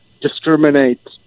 discriminate